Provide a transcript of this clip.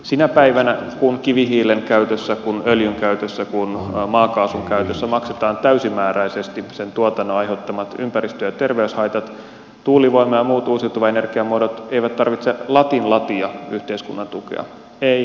sinä päivänä kun kivihiilen käytössä öljyn käytössä maakaasun käytössä maksetaan täysimääräisesti sen tuotannon aiheuttamat ympäristö ja terveyshaitat tuulivoima ja muut uusiutuvat energiamuodot eivät tarvitse latin latia yhteiskunnan tukea eivät latin latia